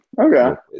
Okay